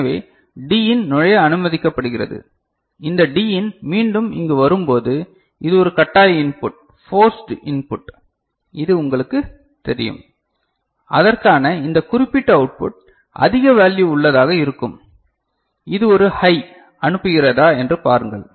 எனவே D இன் நுழைய அனுமதிக்கப்படுகிறது இந்த D இன் மீண்டும் இங்கு வரும்போது இது ஒரு கட்டாய இன்புட் ஃபோர்ஸ்டு இன்புட் இது உங்களுக்குத் தெரியும் அதற்கான இந்த குறிப்பிட்ட அவுட்புட் அதிக வேல்யு உள்ளதாக இருக்கும் இது ஒரு ஹை அனுப்புகிறதா என்று பாருங்கள